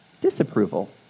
disapproval